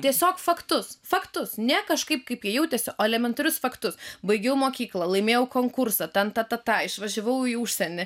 tiesiog faktus faktus ne kažkaip kaip jautiesi o elementarius faktus baigiau mokyklą laimėjau konkursą ten ta ta ta išvažiavau į užsienį